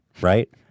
Right